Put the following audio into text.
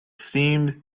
seemed